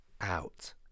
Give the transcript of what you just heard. out